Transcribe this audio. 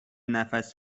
نفس